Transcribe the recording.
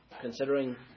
considering